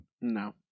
No